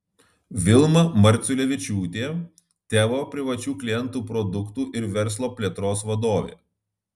vilma marciulevičiūtė teo privačių klientų produktų ir verslo plėtros vadovė